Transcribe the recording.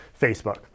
Facebook